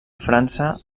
frança